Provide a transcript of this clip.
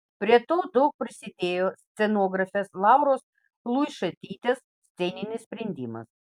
prie to daug prisidėjo scenografės lauros luišaitytės sceninis sprendimas